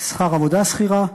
שכר עבודה שכירה,